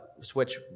switch